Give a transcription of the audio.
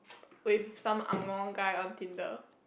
with some angmoh guy on Tinder